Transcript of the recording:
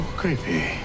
creepy